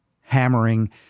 hammering